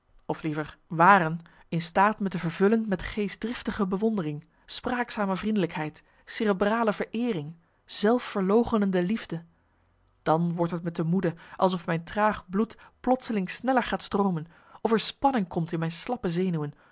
of liever waren in staat me te vervullen met geestdriftige bewondering spraakzame vriendelijkheid cerebrale vereering zelfverloochenende liefde dan wordt het me te moede alsof mijn traag bloed plotseling sneller gaat stroomen of er spanning komt in mijn slappe zenuwen